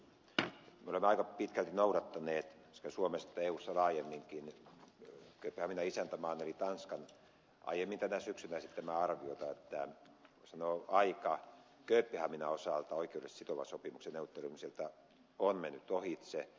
me olemme aika pitkälti noudattaneet sekä suomessa että eussa laajemminkin kööpenhaminan isäntämaan eli tanskan aiemmin tänä syksynä esittämää arviota niin että voisi sanoa aika kööpenhaminan osalta oikeudellisesti sitovan sopimuksen neuvottelemiselta on mennyt ohitse